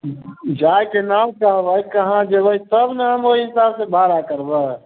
जहाँके नाम कहबै कहाँ जयबै तब ने हम ओहि हिसाब से भाड़ा करबै